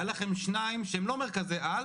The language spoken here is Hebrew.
היה לכם שניים שהם לא מרכזי על,